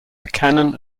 canon